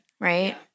right